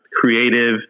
creative